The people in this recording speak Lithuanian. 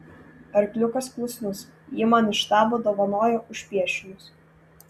arkliukas klusnus jį man iš štabo dovanojo už piešinius